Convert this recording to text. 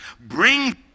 bring